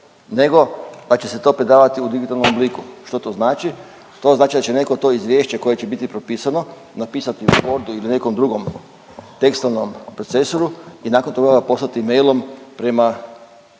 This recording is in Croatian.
nego da će se to predavati u digitalnom obliku. Što to znači? To znači da će netko to izvješće koje će biti propisano napisati u Wordu ili nekom drugom tekstualnom procesoru i nakon toga ga poslati mailom prema